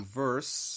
verse